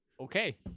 Okay